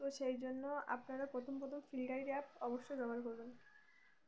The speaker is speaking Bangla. তো সেই জন্য আপনারা প্রথম প্রথম ফ্রি রাইড অ্যাপ অবশ্যই জোগাড় করুন